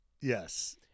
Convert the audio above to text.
Yes